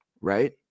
right